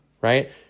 right